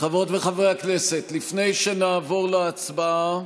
חברות וחברי הכנסת, לפני שנעבור להצבעה,